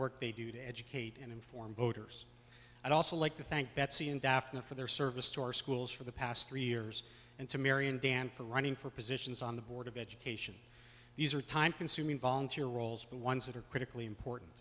work they do to educate and inform voters i'd also like to thank betsy and daphna for their service to our schools for the past three years and to mary and dan for running for positions on the board of education these are time consuming volunteer roles but ones that are critically important